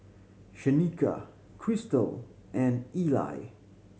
Shanika Christal and Eli